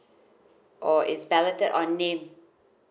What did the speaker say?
or is balloted on name